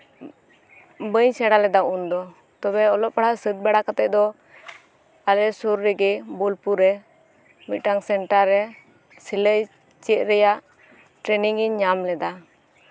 ᱵᱟᱹᱧ ᱥᱮᱬᱟ ᱞᱮᱫᱟ ᱩᱱᱫᱚ ᱛᱚᱵᱮ ᱚᱞᱚᱜ ᱯᱟᱲᱦᱟᱜ ᱥᱟᱹᱛ ᱵᱟᱲᱟ ᱠᱟᱛᱮ ᱫᱚ ᱟᱞᱮ ᱥᱩᱨ ᱨᱮᱜᱮ ᱵᱳᱞᱯᱩᱨ ᱨᱮ ᱢᱤᱫᱴᱟᱝ ᱥᱮᱱᱴᱟᱨ ᱨᱮ ᱥᱤᱞᱟᱹᱭ ᱪᱮᱫ ᱨᱮᱭᱟᱜ ᱴᱨᱮᱱᱤᱝᱤᱧ ᱧᱟᱢ ᱞᱮᱫᱟ